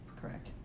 correct